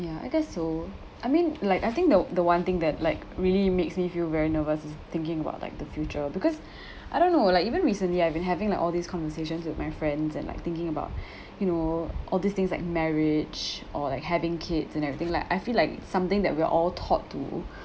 ya I guess so I mean like I think the the one thing that like really makes me feel very nervous is thinking about like the future because I don't know like even recently I've been having like all these conversations with my friends and like thinking about you know all these things like marriage or like having kids and everything like I feel like it's something that we're all taught to